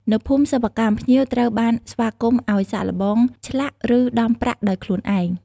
នៅភូមិសិប្បកម្ម ភ្ញៀវត្រូវបានស្វាគមន៍ឱ្យ សាកល្បង ឆ្លាក់ ឬដំប្រាក់ដោយខ្លួនឯង។